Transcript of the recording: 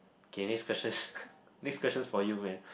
okay next questions next questions for you man